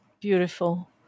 Beautiful